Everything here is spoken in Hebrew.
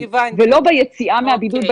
ולא ביציאה מהבידוד.